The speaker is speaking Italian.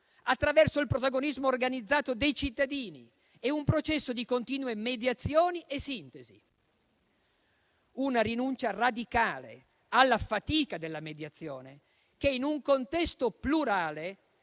attraverso il protagonismo organizzato dei cittadini e un processo di continue mediazioni e sintesi; una rinuncia radicale alla fatica della mediazione che, in un contesto plurale,